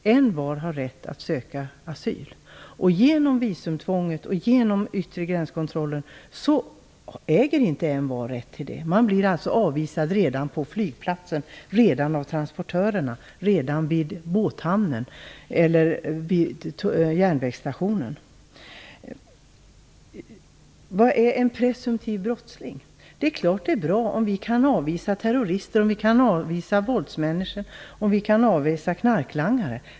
Envar har rätt att söka asyl. Genom visumtvånget och den yttre gränskontrollen äger inte envar denna rätt. Man blir alltså avvisad av transportörerna redan på flygplatsen, vid båthamnen eller vid järnvägsstationen. Vad är en presumtiv brottsling? Det är klart att det är bra om vi kan avvisa terrorister, våldsmänniskor och knarklangare.